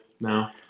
now